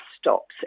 stops